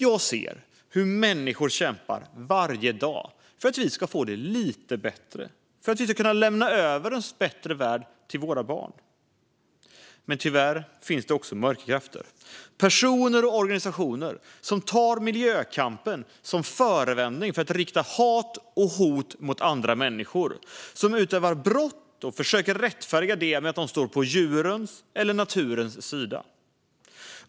Jag ser hur människor kämpar varje dag för att vi ska få det lite bättre och för att vi ska kunna lämna över en bättre värld till våra barn. Tyvärr finns det också mörka krafter. Det finns personer och organisationer som tar miljökampen som förevändning att rikta hat och hot mot andra människor, som begår brott och försöker rättfärdiga det med att de står på djurens eller naturens sida.